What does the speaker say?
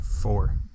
four